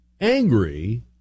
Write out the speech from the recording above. angry